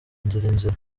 nzira